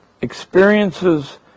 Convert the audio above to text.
experiences